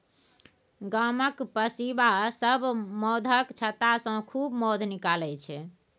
गामक पसीबा सब मौधक छत्तासँ खूब मौध निकालै छै